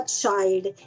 child